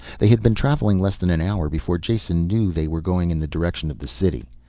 they had been traveling less than an hour before jason knew they were going in the direction of the city.